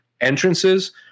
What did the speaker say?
entrances